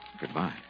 Goodbye